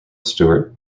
stewart